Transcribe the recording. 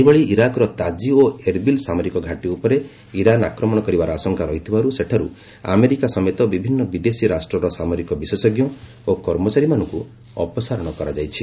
ସେହିଭଳି ଇରାକର ତାଜି ଓ ଏରବିଲ୍ ସାମରିକ ଘାଟି ଉପରେ ଇରାନ ଆକ୍ରମଣ କରିବାର ଆଶଙ୍କା ରହିଥିବାରୁ ସେଠାରୁ ଆମେରିକା ସମେତ ବିଭିନ୍ନ ବିଦେଶୀ ରାଷ୍ଟ୍ରର ସାମରିକ ବିଶେଷଜ୍ଞ ଓ କର୍ମଚାରୀମାନଙ୍କୁ ଅପସାରଣ କରାଯାଇଛି